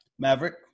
Maverick